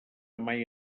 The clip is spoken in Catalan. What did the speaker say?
mai